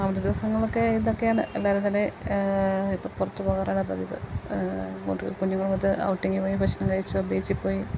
അവധി ദിവസങ്ങളിലൊക്കെ ഇതൊക്കെയാണ് എല്ലാവരും തന്നെ ഇപ്പോൾ പുറത്തു പോകാറാണ് പതിവ് ഓറ് കുഞ്ഞുങ്ങളുമൊത്ത് ഔട്ടിങ്ങ് പോയി ഭക്ഷണം കഴിച്ച് ബീച്ചിൽ പോയി